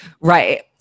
Right